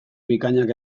bikainak